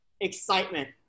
excitement